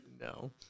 No